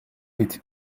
with